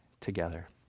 together